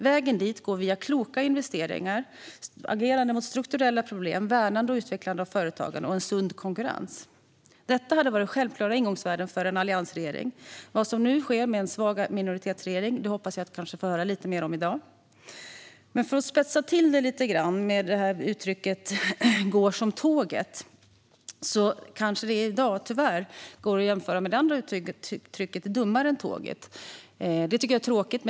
Vägen dit går via kloka investeringar, agerande mot strukturella problem, värnande och utvecklande av företagande samt en sund konkurrens. Detta hade varit självklara ingångsvärden för en alliansregering. Vad som nu sker med en svag minoritetsregering hoppas jag få höra lite mer om i dag. För att spetsa till det lite grann kanske uttrycket "går som tåget" i dag mest kan jämföras med uttrycket "dummare än tåget". Det tycker jag är tråkigt.